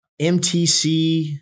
MTC